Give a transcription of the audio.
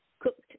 Cooked